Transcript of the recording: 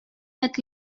that